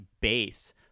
base